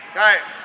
guys